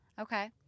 Okay